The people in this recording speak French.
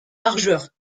largeur